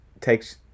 takes